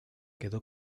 quedó